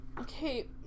Okay